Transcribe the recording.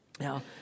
Now